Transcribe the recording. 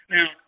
Now